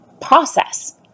process